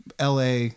LA